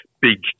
big